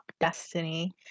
destiny